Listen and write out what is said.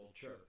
church